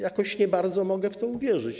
Jakoś nie bardzo mogę w to uwierzyć.